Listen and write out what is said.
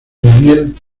daniel